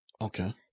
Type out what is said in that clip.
Okay